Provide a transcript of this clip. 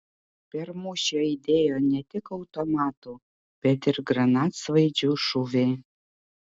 per mūšį aidėjo ne tik automatų bet ir granatsvaidžių šūviai